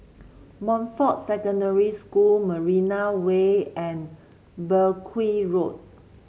Montfort Secondary School Marina Way and Mergui Road